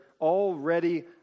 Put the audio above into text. already